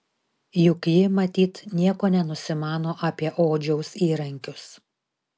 juk ji matyt nieko nenusimano apie odžiaus įrankius